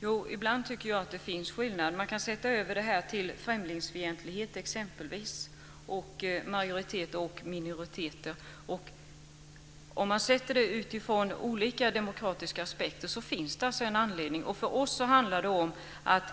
Fru talman! Ibland tycker jag att det finns skillnad. Man kan överföra detta med majoriteter och minoriteter till exempelvis frågan om främlingsfientlighet. Sett till olika demokratiska aspekter finns det en anledning. För oss handlar det om att